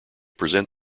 present